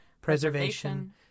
preservation